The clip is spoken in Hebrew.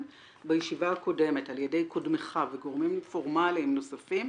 בישיבה הקודמת על ידי קודמך וגורמים פורמליים נוספים,